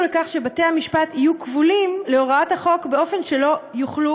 לכך שבתי-המשפט יהיו כבולים להוראת החוק באופן שלא יוכלו